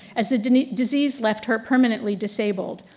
as the disease disease left her permanently disabled.